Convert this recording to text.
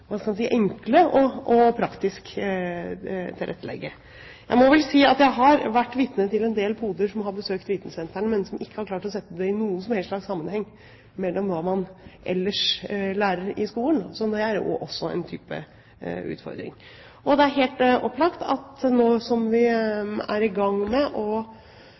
hva skal en si – enkle og praktiske å tilrettelegge. Jeg har vært vitne til en del poder som har besøkt vitensentrene, men som ikke har klart å sette det i noen som helst slags sammenheng med hva man ellers lærer i skolen. Det er jo også en type ufordring. Det er helt opplagt at nå som vi er i gang med